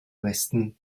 westen